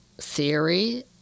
theory